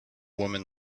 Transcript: woman